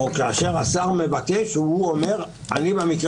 או כאשר השר מבקש או הוא אומר: אני במקרה